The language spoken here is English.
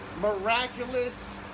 miraculous